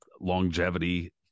longevity